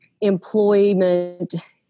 employment